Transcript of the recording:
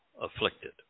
afflicted